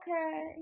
okay